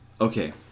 Okay